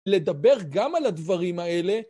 לדבר גם על הדברים האלה.